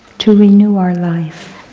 to renew our life,